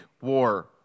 war